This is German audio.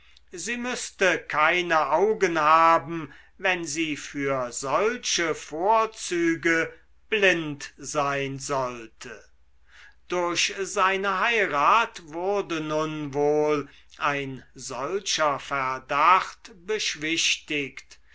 sie müßte keine augen haben wenn sie für solche vorzüge blind sein sollte durch seine heirat wurde nun wohl ein solcher verdacht beschwichtigt